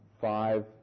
five